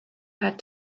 had